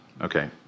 Okay